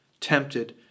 tempted